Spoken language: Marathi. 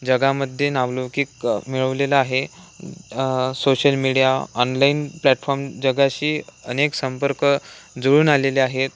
जगामध्ये नावलौकिक मिळवलेलं आहे सोशल मीडिया ऑनलाईन प्लॅटफॉर्म जगाशी अनेक संपर्क जुळून आलेले आहेत